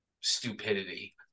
stupidity